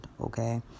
Okay